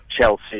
Chelsea